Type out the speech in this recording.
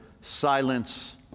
silence